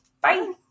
Bye